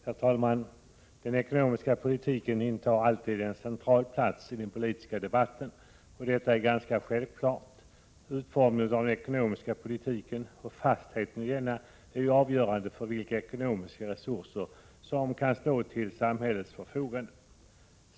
Herr talman! Den ekonomiska politiken intar alltid en central plats i den politiska debatten, och detta är ganska självklart. Utformningen av den ekonomiska politiken och fastheten i denna är ju avgörande för vilka ekonomiska resurser som kan stå till samhällets förfogande.